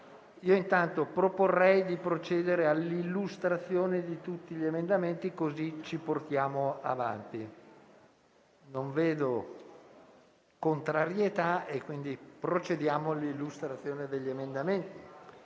assunte, proporrei di procedere all'illustrazione di tutti gli emendamenti, così ci portiamo avanti. Non vedo contrarietà, quindi procediamo all'esame degli articoli,